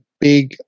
big